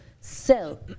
sell